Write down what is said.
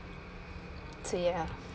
so ya